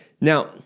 Now